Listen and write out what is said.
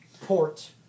Port